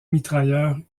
mitrailleur